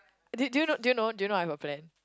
do do you know do you know do you know I've a plan